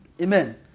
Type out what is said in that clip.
Amen